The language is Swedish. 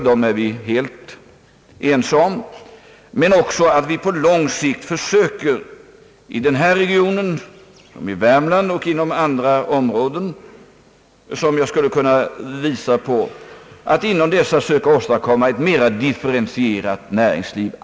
Men också på lång sikt måste vi söka åstadkomma ett mera differentierat näringsliv både i denna region och i Värmland, liksom i andra områden som jag avstår från att nämna här.